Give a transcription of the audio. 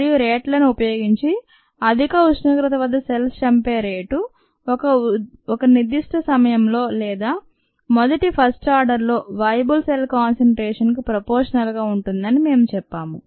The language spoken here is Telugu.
మరియు రేట్లను ఉపయోగించి అధిక ఉష్ణోగ్రత ద్వారా సెల్స్ చంపే రేటు ఒక నిర్దిష్ట సమయంలో లేదా మొదటి ఫస్ట్ ఆర్డర్ లో వయబుల్ సెల్ కాన్సంట్రేషన్ కు ప్రోపోషనల్ గా ఉంటుందని మేము చెప్పాము